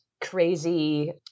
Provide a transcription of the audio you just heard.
crazy